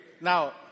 Now